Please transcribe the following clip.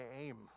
aim